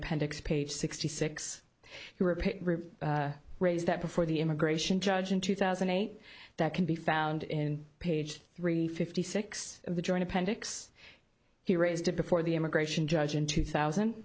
appendix page sixty six raise that before the immigration judge in two thousand and eight that can be found in page three fifty six of the joint appendix he raised it before the immigration judge in two thousand